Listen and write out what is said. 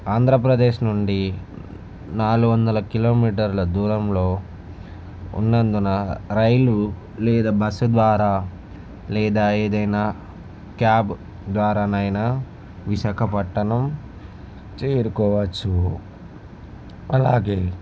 ఆంధ్రప్రదేశ్ నుండి నాలుగువందల కిలోమీటర్ల దూరంలో ఉన్నందున రైలు లేదా బస్సు ద్వారా లేదా ఏదైనా క్యాబ్ ద్వారా అయినా విశాఖపట్టణం చేరుకోవచ్చు అలాగే